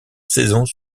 saisons